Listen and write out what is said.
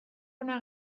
ona